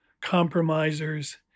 compromisers